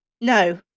No